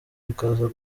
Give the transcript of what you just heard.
bikaza